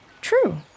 True